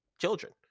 children